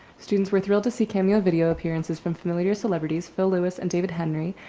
students were thrilled to see cameo video appearances from familiars celebrities, phil lewis and david henry.